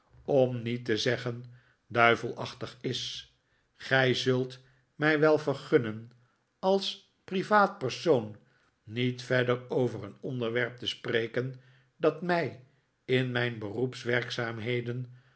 om niet te zeggen duivelachtig is gij zult mij wel vergunnen als privaat persoon niet verder over een onderwerp te spreken dat mij in mijn